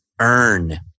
earn